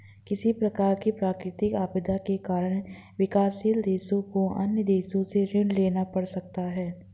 किसी प्रकार की प्राकृतिक आपदा के कारण विकासशील देशों को अन्य देशों से ऋण लेना पड़ सकता है